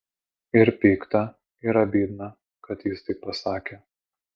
ir pikta ir abydna kad jis taip pasakė